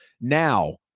Now